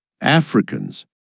Africans